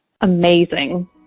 amazing